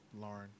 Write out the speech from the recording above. Lauren